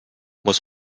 muss